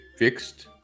fixed